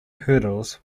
hurdles